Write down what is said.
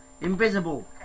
Invisible